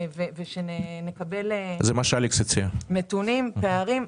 ושנקבל נתונים, פערים.